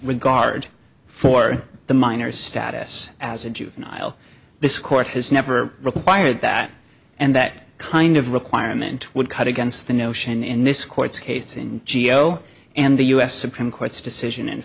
regard for the miners status as a juvenile this court has never required that and that kind of requirement would cut against the notion in this court's case in geo and the u s supreme court's decision